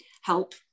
help